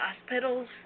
hospitals